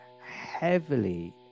heavily